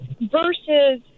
Versus